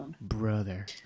brother